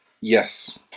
Yes